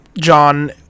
John